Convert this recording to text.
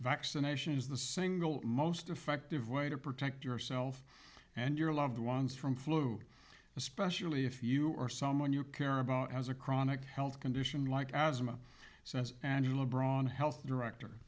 vaccination is the single most effective way to protect yourself and your loved ones from flu especially if you or someone you care about has a chronic health condition like asthma says angela braun health director